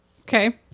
Okay